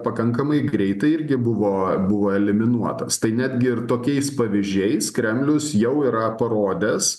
pakankamai greitai irgi buvo buvo eliminuotas tai netgi ir tokiais pavyzdžiais kremlius jau yra parodęs